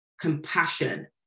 compassion